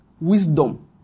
wisdom